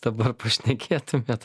dabar pašnekėtumėt